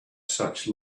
such